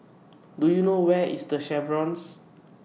Do YOU know Where IS The Chevrons